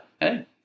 Hey